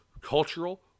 cultural